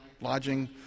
lodging